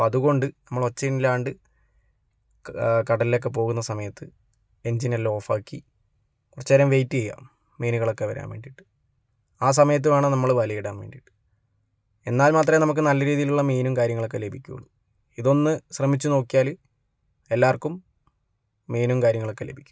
അപ്പം അതുകൊണ്ട് നമ്മള് ഒച്ചയില്ലാണ്ട് കടലിലൊക്കെ പോകുന്ന സമയത്ത് എൻജിനെല്ലാം ഓഫാക്കി കുറച്ച് നേരം വെയ്റ്റ് ചെയ്യുക മീനുകളൊക്കെ വരാൻ വേണ്ടിയിട്ട് ആ സമയത്ത് വേണം നമ്മള് വലയിടാൻ വേണ്ടിയിട്ട് എന്നാൽ മാത്രമെ നമുക്ക് നല്ല രീതിയിലുള്ള മീനും കാര്യങ്ങളൊക്കെ ലഭിക്കുകയുള്ളു ഇതൊന്ന് ശ്രമിച്ചു നോക്കിയാല് എല്ലാവർക്കും മീനും കാര്യങ്ങളൊക്കെ ലഭിക്കും